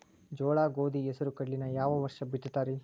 ಜೋಳ, ಗೋಧಿ, ಹೆಸರು, ಕಡ್ಲಿನ ಯಾವ ವರ್ಷ ಬಿತ್ತತಿರಿ?